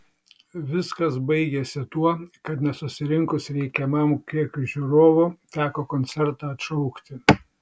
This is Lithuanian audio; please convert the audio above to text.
viskas baigėsi tuo kad nesusirinkus reikiamam kiekiui žiūrovų teko koncertą atšaukti